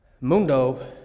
Mundo